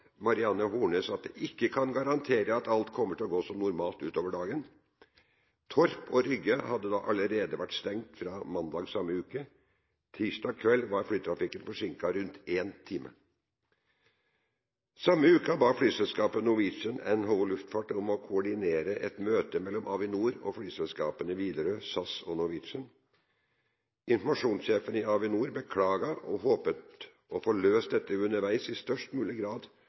at de ikke kan garantere at alt kommer til å gå som normalt utover dagen. Torp og Rygge hadde da allerede vært stengt fra mandag samme uke. Tirsdag kveld var flytrafikken forsinket rundt én time. Samme uke ba flyselskapet Norwegian NHO Luftfart om å koordinere et møte mellom Avinor og flyselskapene Widerøe, SAS og Norwegian. Informasjonssjefen i Avinor beklaget og håpet på å få løst dette underveis i størst mulig grad,